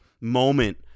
moment